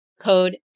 code